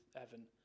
Evan